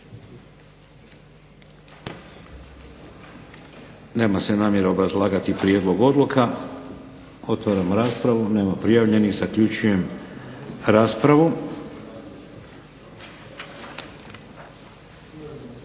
Nema se namjeru obrazlagati prijedlog odluka, nema prijavljenih. Zaključujem raspravu.